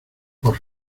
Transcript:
por